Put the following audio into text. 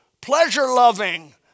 pleasure-loving